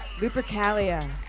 Lupercalia